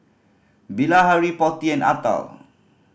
Bilahari Potti and Atal